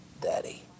daddy